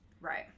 Right